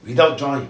without join